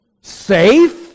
Safe